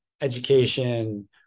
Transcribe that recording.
education